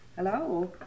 Hello